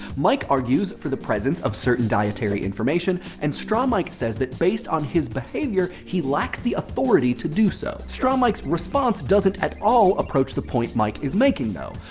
mike argues for the presence of certain dietary information. and straw mike says that based on his behavior, he lacks the authority to do so. straw mike's response doesn't at all approach the point mike is making, though.